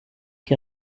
qui